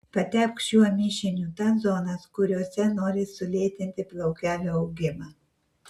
patepk šiuo mišiniu tas zonas kuriose nori sulėtinti plaukelių augimą